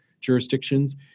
jurisdictions